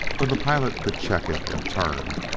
when the pilot could check it, and turn,